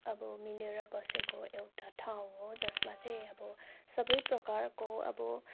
अब मिलेर बसेको एउटा ठाउँ हो जसमा चाहिँ अब सबै प्रकारको अब